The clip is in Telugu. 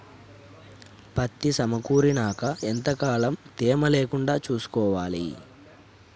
పత్తి సమకూరినాక ఎంత కాలం తేమ లేకుండా చూసుకోవాలి?